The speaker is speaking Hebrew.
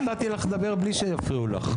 אבל אני נתתי לך לדבר בלי שיפריעו לך.